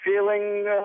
feeling